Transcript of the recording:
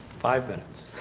five minutes.